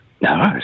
No